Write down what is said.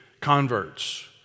converts